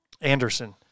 Anderson